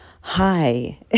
Hi